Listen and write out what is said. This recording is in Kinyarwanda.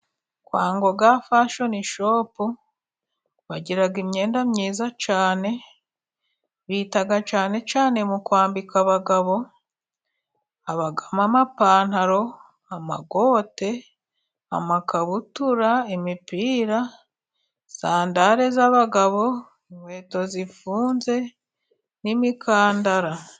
Kwa Ngoga fashoni shopu bagira imyenda myiza cyane, bita cyane cyane mu kwambika abagabo, habamo amapantaro, amakote, amakabutura, imipira, sandare z'abagabo, inkweto zifunze n'imikandara.